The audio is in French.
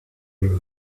une